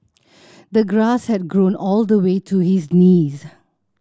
the grass had grown all the way to his knees